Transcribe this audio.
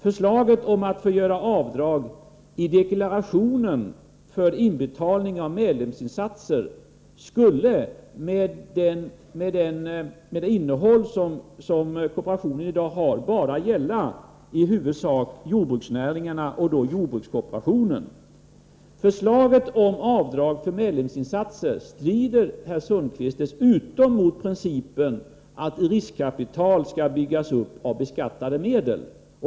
Förslaget om att få göra avdrag i deklarationen för inbetalning av medlemsinsatser skulle, med det innehåll som kooperationen i dag har, gälla i huvudsak jordbruksnäringen och jordbrukskooperationen. Förslaget om avdrag för medlemsinsatser strider dessutom, herr Sundkvist, mot principen att riskkapital skall byggas upp av beskattade medel.